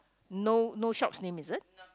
no no shops name is it